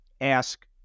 Ask